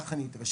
כך אני התרשמתי.